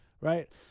Right